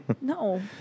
No